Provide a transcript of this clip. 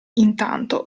intanto